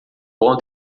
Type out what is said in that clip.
bom